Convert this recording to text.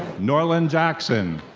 norlan jackson.